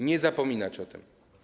Nie zapominać o tym.